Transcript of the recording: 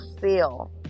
feel